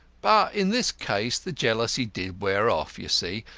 but in this case the jealousy did wear off, you see,